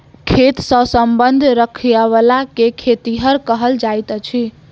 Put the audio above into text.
खेत सॅ संबंध राखयबला के खेतिहर कहल जाइत अछि